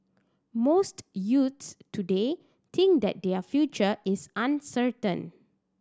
most youths today think that their future is uncertain